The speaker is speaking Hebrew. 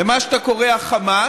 למה שאתה קורא החמאס,